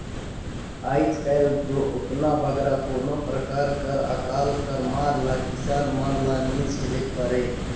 आएज काएल दो ओतना बगरा कोनो परकार कर अकाल कर मार ल किसान मन ल नी झेलेक परे